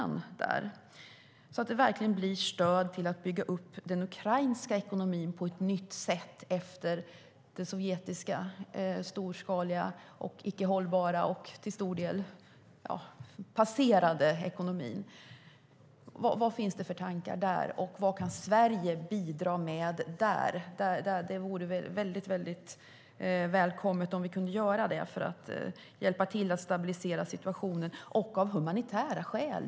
Kan man se till att lånen verkligen blir stöd för att bygga upp den ukrainska ekonomin på ett nytt sätt efter den sovjetiska, storskaliga, icke hållbara och till stor del passerade ekonomin? Vad finns det för tankar om det? Vad kan Sverige bidra med? Det vore välkommet om vi kunde bidra för att hjälpa till att stabilisera situationen, av humanitära skäl.